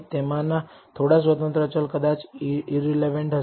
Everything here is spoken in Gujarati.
તેમાંના થોડા આશ્રિત ચલ કદાચ ઇરરેલેવન્ટ હશે